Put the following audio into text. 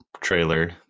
trailer